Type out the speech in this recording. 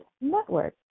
Network